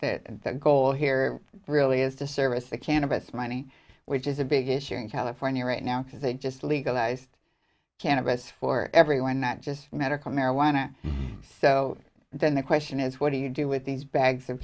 that the goal here really is to service the cannabis money which is a big issue in california right now because they just legalized cannabis for everyone not just medical marijuana so then the question is what do you do with these bags of